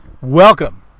Welcome